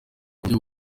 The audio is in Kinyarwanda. buryo